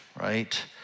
right